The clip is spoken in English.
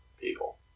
people